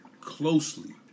Closely